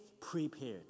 prepared